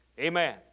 Amen